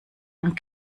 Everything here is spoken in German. und